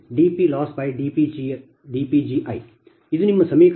ಇದು ನಿಮ್ಮ ಸಮೀಕರಣ 55 ಮತ್ತು 56 ಆಗಿದೆ